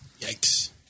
Yikes